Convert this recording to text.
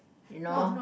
you know